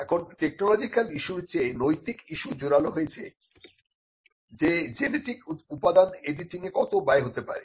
এখন টেকনোলজিক্যাল ইস্যুর চেয়ে নৈতিক ইসু জোরালো হয়েছে যে জেনেটিক উপাদান এডিটিংয়ে কত ব্যয় হতে পারে